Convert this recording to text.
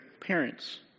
parents